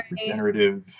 regenerative